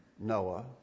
Noah